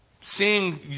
seeing